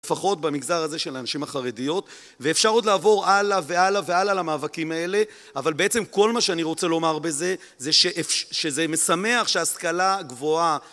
לפחות במגזר הזה של הנשים החרדיות ואפשר עוד לעבור הלאה והלאה והלאה למאבקים האלה, אבל בעצם כל מה שאני רוצה לומר בזה זה שזה משמח שהשכלה גבוהה